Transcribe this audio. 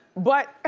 but